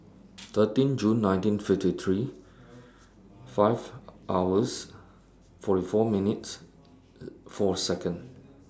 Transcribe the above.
thirteen June nineteen fifty three five hours forty four minutes four Second